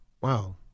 Wow